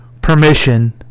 permission